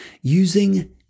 using